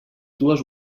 dues